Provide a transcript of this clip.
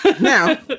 now